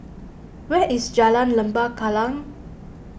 where is Jalan Lembah Kallang